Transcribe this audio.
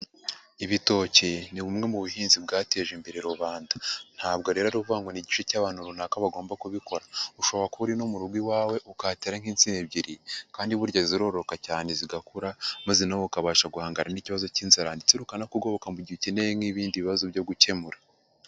Ibitoki ni bumwe mu buhinzi bwateje imbere rubanda. Ntabwo rero ari ukuvuga ngo ni igice cy'abantu runaka bagomba kubikora. Ushobora no kuba uri mu rugo iwawe ukahatera nk'insina ebyiri, kandi burya zirororoka cyane zigakura, maze nawe ukabasha guhangana n'ikibazo cy'inzara, ndetse rukanakugoboka mu gihe ukeneye nk'ibindi bibazo byo gukemura.